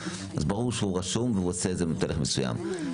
ברור שהוא רשום ועושה את זה --- מסוים.